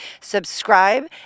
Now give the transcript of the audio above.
subscribe